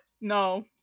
No